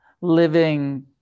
Living